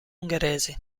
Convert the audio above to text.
ungheresi